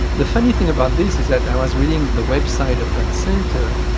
the funny thing about this is that i was reading the website of that centre,